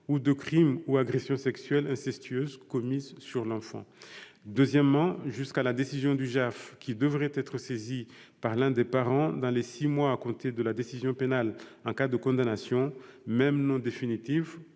ou de crime ou agression sexuelle incestueuse commis sur l'enfant ; deuxièmement, jusqu'à la décision du JAF qui devrait être saisi par l'un des parents dans les six mois à compter de la décision pénale en cas de condamnation, même non définitive,